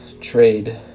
trade